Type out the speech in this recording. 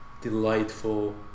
delightful